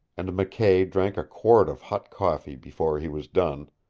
and mckay drank a quart of hot coffee before he was done.